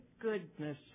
Goodness